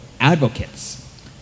advocates